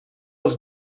els